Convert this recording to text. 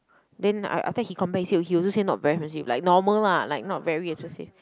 then I after that he compare he say he also say not very expensive like normal lah like not very expensive